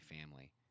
family